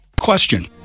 Question